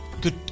good